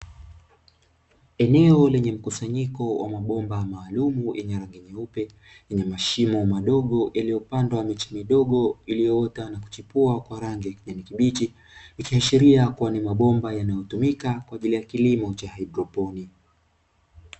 eneo lenye mkusanyiko wa mabomba maalumu yenye rangi nyeupe yenye mashimo madogo yaliyopandwa miche midogo iliyoota na kuchipua kwa rangi ya kijani kibichi, ikiashiria kuwa ni mabomba yanayotumika kwa ajili ya kilimo cha haidroponi.